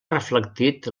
reflectit